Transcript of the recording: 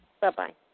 Bye-bye